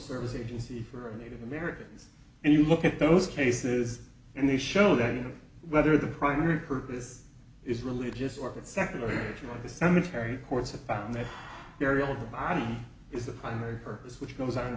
service agency for native americans and you look at those cases and they show that you know whether the primary purpose is religious or secular in the cemetery courts have found that their real id is the primary purpose which goes